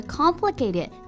complicated